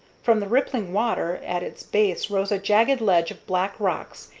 from the rippling water at its base rose a jagged ledge of black rocks,